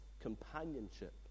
companionship